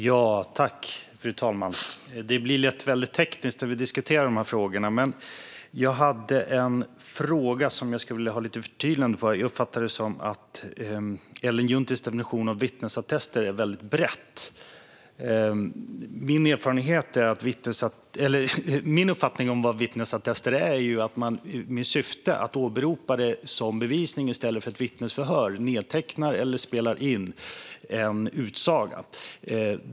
Fru talman! Det blir lätt väldigt tekniskt när vi diskuterar de här frågorna. Jag hade en fråga som jag skulle vilja ha ett litet förtydligande i. Jag uppfattade det som att Ellen Junttis definition av vittnesattester är väldigt bred. Min uppfattning om vittnesattester är att man i syfte att åberopa dem som bevisning i stället för ett vittnesförhör nedtecknar eller spelar in en utsaga.